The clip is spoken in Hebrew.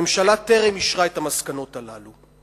הממשלה טרם אישרה את המסקנות הללו.